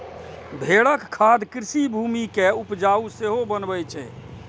भेड़क खाद कृषि भूमि कें उपजाउ सेहो बनबै छै